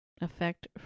effect